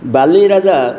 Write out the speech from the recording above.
ବାଲିରାଜା